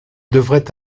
devrait